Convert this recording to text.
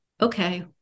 Okay